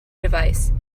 device